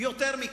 יותר מכך,